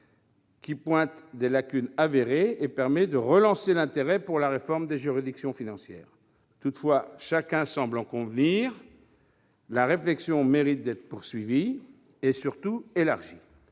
qui pointe des lacunes avérées et relance l'intérêt pour la réforme des juridictions financières. Toutefois, chacun semble en convenir, la réflexion mérite d'être poursuivie, et surtout élargie.